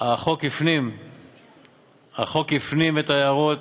החוק הופנמו בו ההערות,